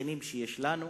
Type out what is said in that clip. השכנים שיש לנו.